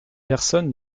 personne